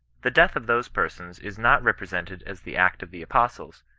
the death of those persons is not repre sented as the act of the apostles,